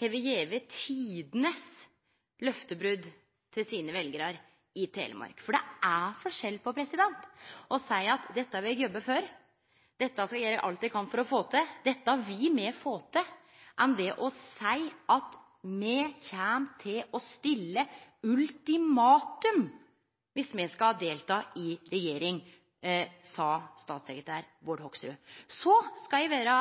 har gjeve tidenes løftebrot til sine veljarar i Telemark. For det er forskjell på å seie at dette har eg jobba for, dette skal eg gjere alt eg kan for å få til, dette vil me få til – enn å seie at me kjem til å stille ultimatum viss me skal delta i regjering, som statssekretær Bård Hoksrud sa. Eg skal vere